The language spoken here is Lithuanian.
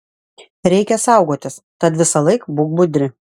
reikia saugotis tad visąlaik būk budri